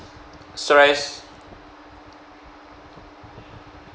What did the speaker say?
stress